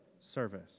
service